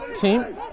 team